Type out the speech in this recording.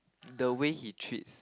the way he treats